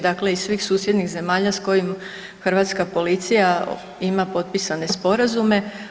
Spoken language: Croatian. Dakle, iz svih susjednih zemalja sa kojim Hrvatska policija ima potpisane sporazume.